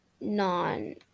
non